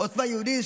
עוצמה יהודית,